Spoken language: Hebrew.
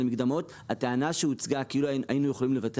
והטענה שהוצגה כאילו היינו יכולים לוותר